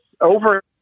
over